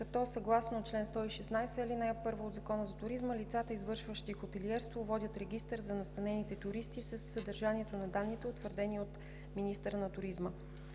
като съгласно чл. 116, ал. 1 от Закона за туризма „лицата, извършващи хотелиерство, водят регистър за настанените туристи със съдържанието на данните, утвърдени от министъра на туризма“.